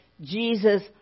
Jesus